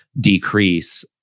decrease